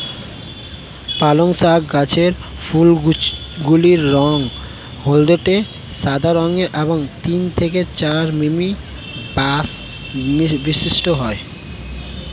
পালং শাক গাছের ফুলগুলি রঙ হলদেটে সাদা রঙের এবং তিন থেকে চার মিমি ব্যাস বিশিষ্ট হয়